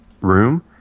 room